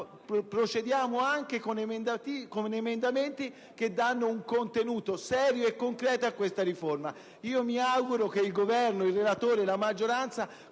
procediamo anche con emendamenti che offrono un contenuto serio e concreto a questa riforma. Mi auguro che il Governo, il relatore e la maggioranza